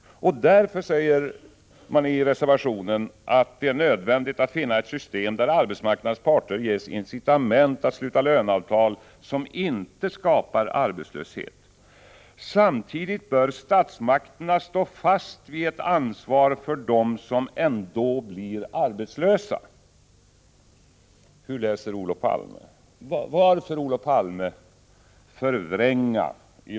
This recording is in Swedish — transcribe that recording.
Därför säger man i reservationen att det är ”nödvändigt att finna ett system där arbetsmarknadens parter ges incitament att sluta löneavtal som inte skapar arbetslöshet. Samtidigt bör statsmakterna stå fast vid ett ansvar för dem som ändå blir arbetslösa.” Hur läser Olof Palme?